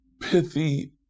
pithy